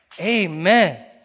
Amen